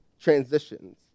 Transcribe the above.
transitions